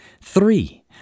Three